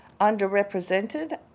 Underrepresented